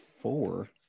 four